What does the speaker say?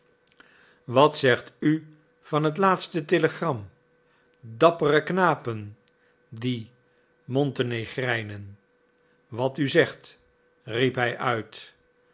wat zegt u van het laatste telegram dappere knapen die montenegrijnen wat u zegt riep hij uit